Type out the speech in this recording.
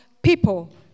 People